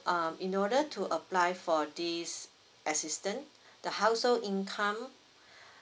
um in order to apply for this assistance the household income